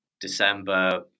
december